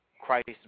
Christ